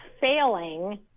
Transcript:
failing